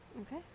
Okay